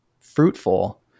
fruitful